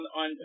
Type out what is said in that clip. on